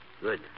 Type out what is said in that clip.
Good